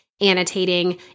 annotating